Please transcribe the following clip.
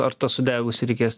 ar tą sudegusį reikės